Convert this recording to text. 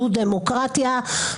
זו דמוקרטיה.